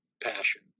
passion